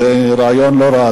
זה רעיון לא רע,